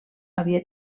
havia